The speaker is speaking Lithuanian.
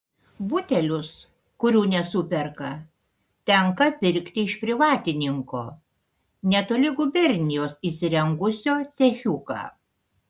butelius kurių nesuperka tenka pirkti iš privatininko netoli gubernijos įsirengusio cechiuką